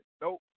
Nope